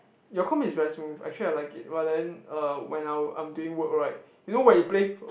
your comp is very smooth actually I like it but then uh when I I'm doing work right you know when you play